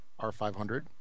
R500